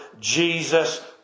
Jesus